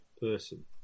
person